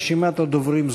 רשימת הדוברים סגורה.